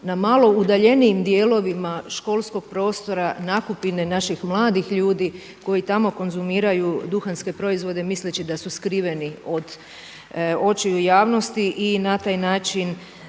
na malo udaljenijim dijelovima školskog prostora nakupine naših mladih ljudi koji tamo konzumiraju duhanske proizvode misleći da su skriveni od očiju javnosti i na taj način,